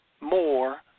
more